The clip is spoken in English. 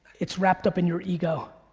it's wrapped up in your ego.